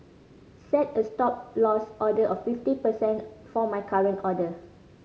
set a Stop Loss order of fifty percent for my current order